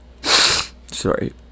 Sorry